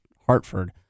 Hartford